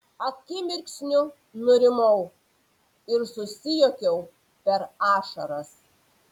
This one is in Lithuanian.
akimirksniu nurimau ir susijuokiau per ašaras